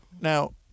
Now